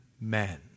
men